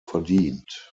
verdient